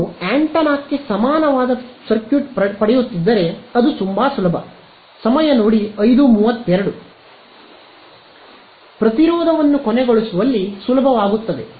ನಾವು ಆಂಟೆನಾಕ್ಕೆ ಸಮಾನವಾದ ಸರ್ಕ್ಯೂಟ್ ಪಡೆಯುತ್ತಿದ್ದರೆ ಅದು ತುಂಬಾ ಸುಲಭ ಸಮಯ ನೋಡಿ 0532 ಪ್ರತಿರೋಧವನ್ನು ಕೊನೆಗೊಳಿಸುವಲ್ಲಿ ಸುಲಭವಾಗುತ್ತದೆ